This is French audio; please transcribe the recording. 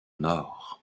nord